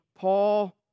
Paul